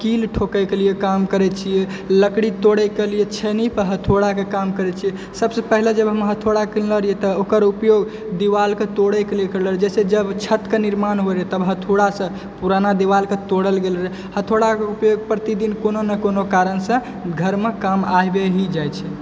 कील ठोके कऽ लियऽ काम करै छियै लकड़ी तोड़े कऽ लिये छेनी पर हथौड़ा के काम करै छियै सबसे पहिले जब हम हथौड़ा किनले रहिये तऽ ओकर उपयोग दिवाल के तोड़े के लिये करलेल जैसेकि जब छत कऽ निर्माण होइ रहय तब हथौड़ा से पुराना दिवाल के तोड़ल गेल रहै हथौड़ा के उपयोग प्रतिदिन कोनो ने कोनो कारण से घर मे काम आबि हि जाइ छै